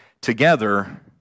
together